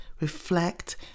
reflect